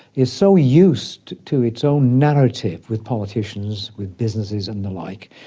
is so used to its own narrative with politicians, with businesses and the like,